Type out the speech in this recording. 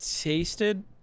tasted